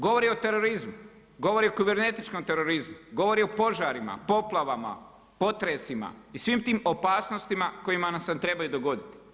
Govori o terorizmu, govori o kibernetičkom terorizmu, govori o požarima, poplavama, potresima i svim tim opasnostima koje nam se trebaju dogoditi.